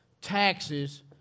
taxes